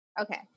okay